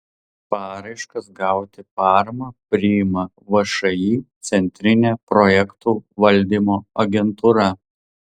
paraiškas gauti paramą priima všį centrinė projektų valdymo agentūra